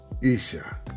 Isha